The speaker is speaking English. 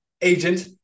agent